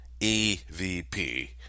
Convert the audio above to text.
EVP